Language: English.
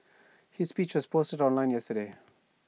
his speech was posted online yesterday